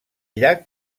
llac